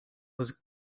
was